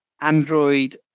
Android